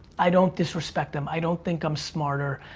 i don't disrespect them, i don't think i'm smarter,